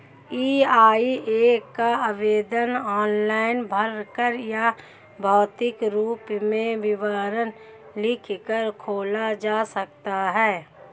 EIA का आवेदन online भरकर या भौतिक रूप में विवरण लिखकर खोला जा सकता है